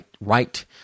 right